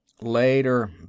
Later